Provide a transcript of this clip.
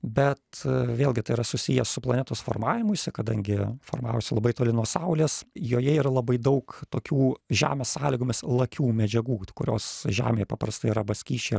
bet vėlgi tai yra susiję su planetos formavimusi kadangi formavosi labai toli nuo saulės joje yra labai daug tokių žemės sąlygomis lakių medžiagų kurios žemėje paprastai yra arba skysčiai